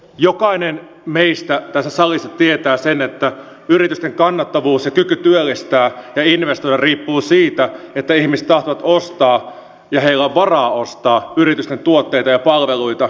jokainen meistä tässä salissa tietää sen että yritysten kannattavuus ja kyky työllistää ja investoida riippuu siitä että ihmiset tahtovat ostaa ja heillä on varaa ostaa yritysten tuotteita ja palveluita